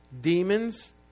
demons